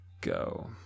go